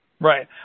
Right